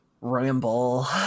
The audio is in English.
ramble